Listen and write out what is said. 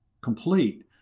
complete